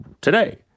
today